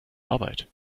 arbeit